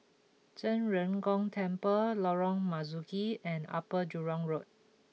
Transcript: Zhen Ren Gong Temple Lorong Marzuki and Upper Jurong Road